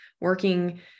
working